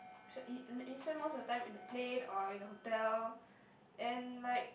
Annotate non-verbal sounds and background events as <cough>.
so <noise> you spend most of the time in the plane or in the hotel and like